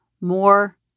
more